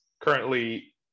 currently